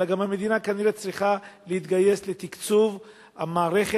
אלא גם המדינה כנראה צריכה להתגייס לתקצוב המערכת